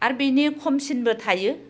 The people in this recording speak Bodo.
आरो बिनि खमसिनबो थायो